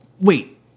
wait